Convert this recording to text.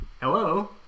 Hello